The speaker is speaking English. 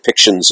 depictions